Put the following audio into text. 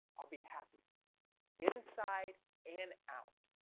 i'll be happy inside and out.